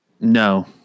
No